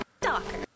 stalker